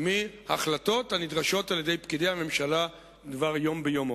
ליהנות מהחלטות הנדרשות על-ידי פקידי הממשלה דבר יום ביומו.